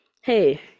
hey